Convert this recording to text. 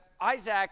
Isaac